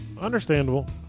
Understandable